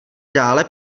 dále